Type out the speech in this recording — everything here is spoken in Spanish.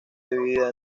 dividida